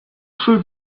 through